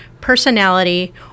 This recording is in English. personality